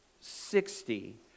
sixty